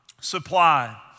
supply